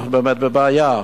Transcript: אנחנו באמת בבעיה.